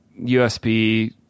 USB